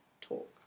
talk